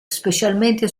specialmente